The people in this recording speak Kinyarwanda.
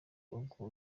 ubwo